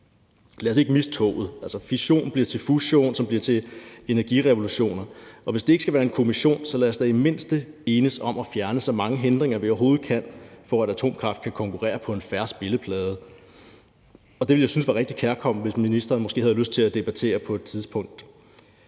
Lad os ikke misse toget. Fission bliver til fusion, som bliver til energirevolutioner. Og hvis det ikke skal være en kommission, så lad os da i det mindste enes om at fjerne så mange hindringer, vi overhovedet kan, for at atomkraft kan konkurrere på en fair spilleplade. Det ville jeg synes var rigtig kærkomment, hvis ministeren havde lyst til at debattere det på et tidspunkt.